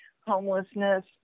homelessness